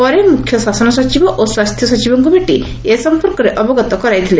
ପରେ ମୁଖ୍ୟ ଶାସନ ସଚିବ ଓ ସ୍ୱାସ୍ଥ୍ୟ ସଚିବଙ୍ଙ୍ ଭେଟି ଏ ସମ୍ପର୍କରେ ଅବଗତ କରାଇଥିଲେ